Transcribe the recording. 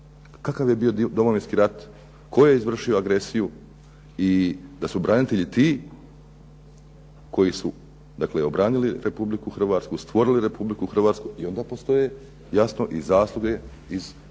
kakav je bio Domovinski rat, tko je izvršio agresiju i da su branitelji ti koji su dakle obranili Republiku Hrvatsku, stvorili Republiku Hrvatsku i onda postoje jasno i zasluge iz ovoga